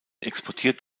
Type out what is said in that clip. exportiert